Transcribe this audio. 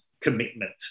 commitment